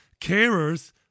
Carers